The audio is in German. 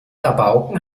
rabauken